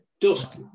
dust